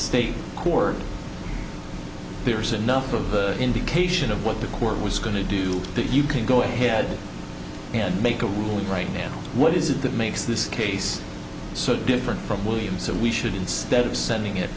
state court there's enough of an indication of what the court was going to do you can go ahead and make a ruling right now what is it that makes this case so different from williams and we should instead of sending it